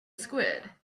squid